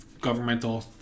governmental